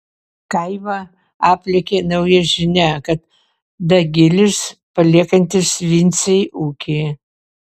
kaimą aplėkė nauja žinia kad dagilis paliekantis vincei ūkį